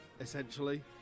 essentially